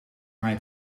mij